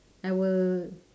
I will